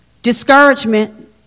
discouragement